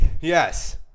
Yes